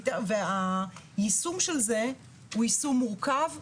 היישום של זה הוא יישום מורכב.